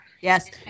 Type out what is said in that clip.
Yes